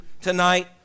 tonight